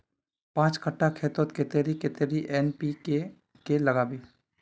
पाँच कट्ठा खेतोत कतेरी कतेरी एन.पी.के के लागबे?